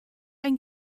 ein